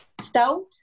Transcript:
stout